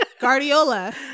Guardiola